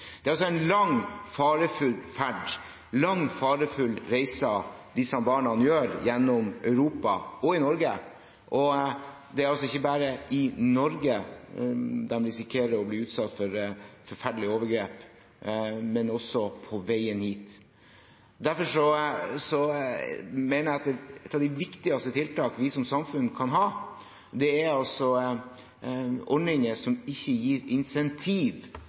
Det er ikke bare i Norge de risikerer å bli utsatt for forferdelige overgrep, men også på veien hit. Derfor mener jeg at et av de viktigste tiltakene vi som samfunn kan ha, er ordninger som ikke gir